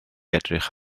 edrych